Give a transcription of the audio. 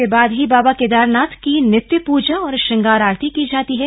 इसके बाद ही बाबा केदारनाथ की नित्य पूजा और श्रंगार आरती की जाती है